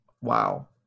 Wow